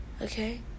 okay